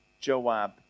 Joab